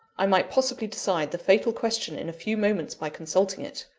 i might possibly decide the fatal question in a few moments by consulting it.